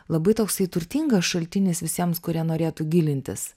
labai toksai turtingas šaltinis visiems kurie norėtų gilintis